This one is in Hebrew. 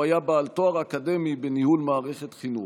הוא היה בעל תואר אקדמי בניהול מערכות חינוך.